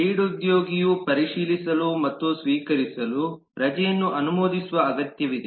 lead ಉದ್ಯೋಗಿಯು ಪರಿಶೀಲಿಸಲು ಮತ್ತು ಸ್ವೀಕರಿಸಲು ರಜೆಯನ್ನು ಅನುಮೋದಿಸುವ ಅಗತ್ಯವಿದೆ